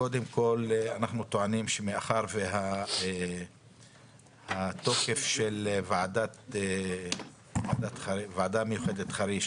קודם כל אנחנו טוענים שמאחר והתוקף של הוועדה המיוחדת חריש